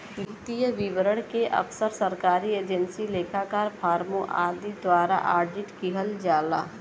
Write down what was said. वित्तीय विवरण के अक्सर सरकारी एजेंसी, लेखाकार, फर्मों आदि द्वारा ऑडिट किहल जाला